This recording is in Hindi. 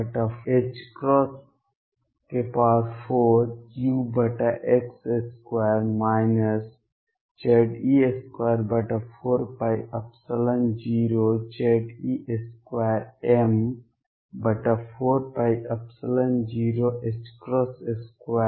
E